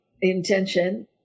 intention